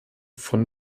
von